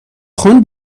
خان